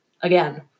again